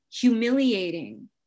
humiliating